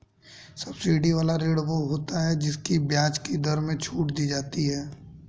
subsidy वाला ऋण वो होता है जिसकी ब्याज की दर में छूट दी जाती है